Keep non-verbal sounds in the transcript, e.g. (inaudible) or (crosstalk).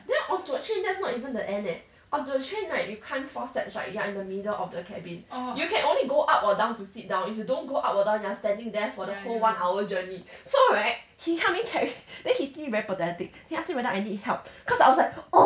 then onto the train that's not even the end eh onto the train right you climb four steps right you are in the middle of the cabin you can only go up or down to sit down if you don't go up or down you are standing there for the whole one hour journey so right he helped me carry (laughs) then he see me very pathetic he asked me whether I need help cause I was like